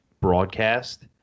broadcast